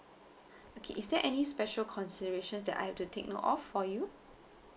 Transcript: okay is there any special considerations that I have to take note of for you